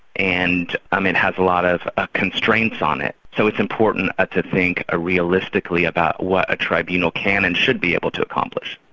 and um and has a lot of ah constraints on it. so it's important ah to think ah realistically about what a tribunal can and should be able to accomplish.